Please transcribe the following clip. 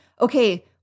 okay